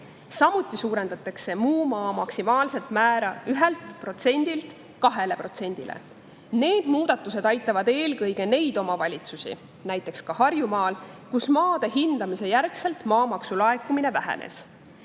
puhul suurendatakse maksimaalne maksumäär 1%-lt 2%-le. Need muudatused aitavad eelkõige neid omavalitsusi, näiteks ka Harjumaal, kus maade hindamise järgselt maamaksu laekumine vähenes.